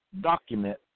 document